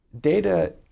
data